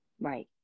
right